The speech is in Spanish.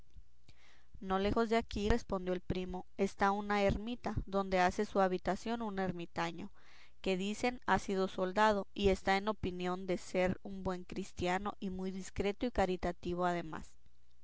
no lejos de aquí respondió el primo está una ermita donde hace su habitación un ermitaño que dicen ha sido soldado y está en opinión de ser un buen cristiano y muy discreto y caritativo además